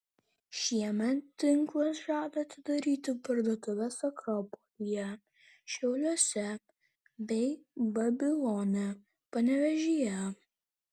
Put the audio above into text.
šiemet tinklas žada atidaryti parduotuves akropolyje šiauliuose bei babilone panevėžyje